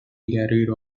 gary